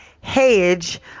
hedge